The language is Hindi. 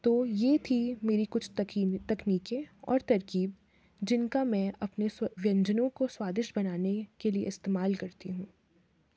तो ये थी मेरी कुछ तकनीकें और तरकीब जिनका मैं अपने व्यंजनों को स्वादिष्ट बनाने के लिए इस्तेमाल करती हूँ